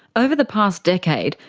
over the past decade,